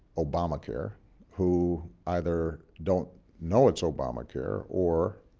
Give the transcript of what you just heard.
obamacare who either don't know it's obamacare or